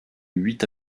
huit